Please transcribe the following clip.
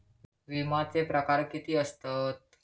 विमाचे प्रकार किती असतत?